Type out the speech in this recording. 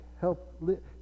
help